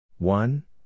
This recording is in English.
One